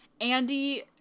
andy